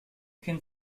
kennt